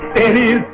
any